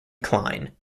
klein